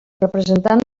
representant